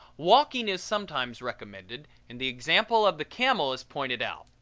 walking is sometimes recommended and the example of the camel is pointed out,